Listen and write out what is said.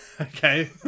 Okay